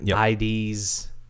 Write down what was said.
IDs